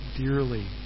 dearly